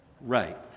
Right